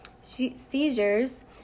seizures